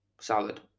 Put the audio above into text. salad